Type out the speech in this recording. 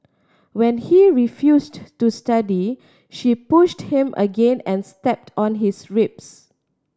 when he refused to study she pushed him again and stepped on his ribs